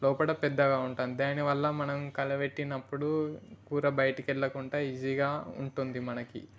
లోపల పెద్దగా ఉంటుంది దానివల్ల మనం కలబెట్టినప్పుడు కూర బయటికి వెళ్ళకుండా ఈజీగా ఉంటుంది మనకి